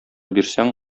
бирсәң